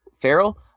Ferrell